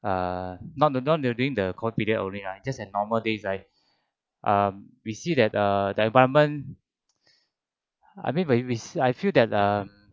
err not not during the COVID nineteen only ah just a normal days right um we see that err the environment I mean when we I feel that err